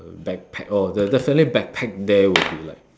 backpack oh def~ definitely backpack there will be like